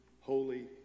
holy